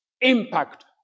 impact